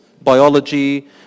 biology